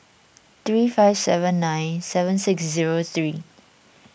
three five seven nine seven six zero three